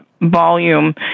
volume